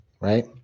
right